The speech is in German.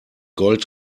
gold